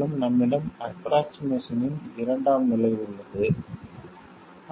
மேலும் நம்மிடம் ஆஃப்ரோக்ஷிமேசன் இன் இரண்டாம் நிலை உள்ளது